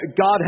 God